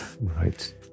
right